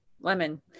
lemon